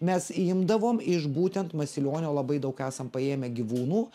mes imdavom iš būtent masilionio labai daug esam paėmę gyvūnų